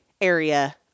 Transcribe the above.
area